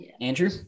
Andrew